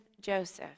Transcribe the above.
Joseph